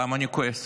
למה אני כועס,